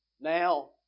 Now